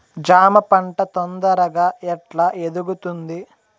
జామ పంట తొందరగా ఎట్లా ఎదుగుతుంది?